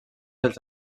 dels